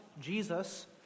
Jesus